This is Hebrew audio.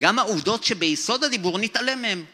גם העובדות שביסוד הדיבור נתעלם מהם